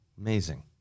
Amazing